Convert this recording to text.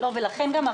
לכן גם,